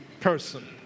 person